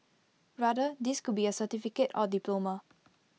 rather this could be A certificate or diploma